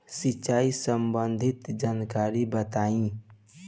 सिंचाई संबंधित जानकारी बताई?